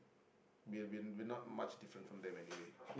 we have been we are not much different from them anyway